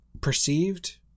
perceived